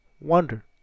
wonder